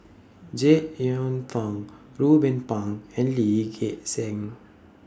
Jek Yeun Thong Ruben Pang and Lee Gek Seng